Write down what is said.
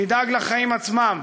תדאג לחיים עצמם.